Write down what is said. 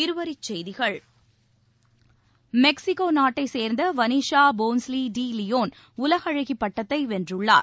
இருவரிச்செய்திகள் மெக்ஸிகோநாட்டைச் சேர்ந்தவனீஷாபோன்ஸி டி லியோன் உலகஅழகிப் பட்டத்தைவென்றுள்ளார்